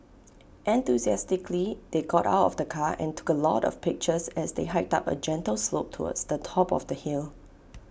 enthusiastically they got out of the car and took A lot of pictures as they hiked up A gentle slope towards the top of the hill